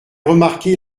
remarqué